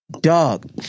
Dog